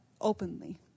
openly